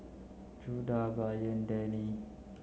Judah Brian Danny